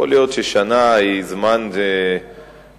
יכול להיות ששנה זה זמן קצר,